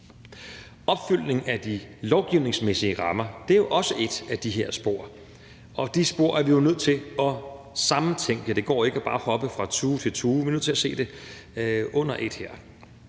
Opfølgning på de lovgivningsmæssige rammer er også et af de her spor, og de spor er vi nødt til at sammentænke. Det går ikke bare at hoppe fra tue til tue, vi er nødt til at se det under et her.